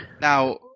now